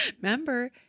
Remember